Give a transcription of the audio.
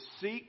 seek